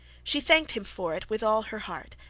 she thanked him for it with all her heart,